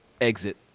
exit